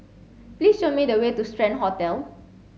please show me the way to Strand Hotel